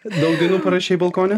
daug dainų parašei balkone